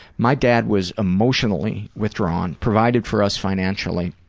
my dad was emotionally withdrawn. provided for us financially.